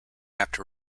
after